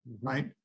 right